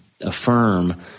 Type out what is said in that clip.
affirm